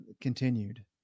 continued